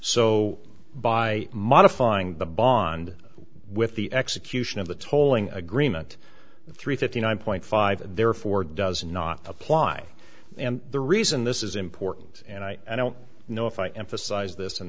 so by modifying the bond with the execution of the tolling agreement three fifty nine point five therefore does not apply and the reason this is important and i don't know if i emphasize this